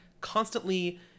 constantly